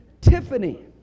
Tiffany